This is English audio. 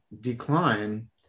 decline